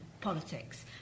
politics